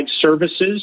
services